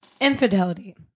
Infidelity